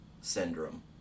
syndrome